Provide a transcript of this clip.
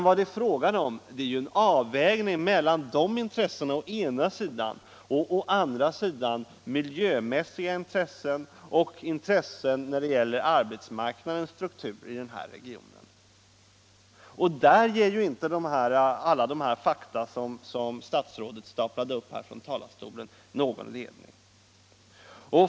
Vad det är fråga om är en avvägning mellan å ena sidan dessa intressen och å andra sidan miljömässiga och arbetsmarknadsstrukturella intressen. Där ger inte alla de fakta statsrådet staplade upp någon ledning.